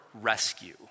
rescue